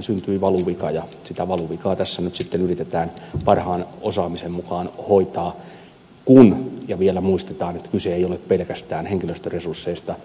syntyi valuvika ja sitä valuvikaa tässä nyt sitten yritetään parhaan osaamisen mukaan hoitaa kun vielä muistetaan että kyse ei ole pelkästään henkilöstöresursseista